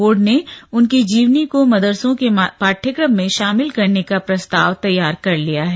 board ने उनकी जीवनी को मदरसों के पाठ्यक्रम में शामिल करने का प्रस्ताव तैयार कर लिया है